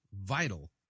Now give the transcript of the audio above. vital